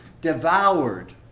devoured